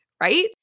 right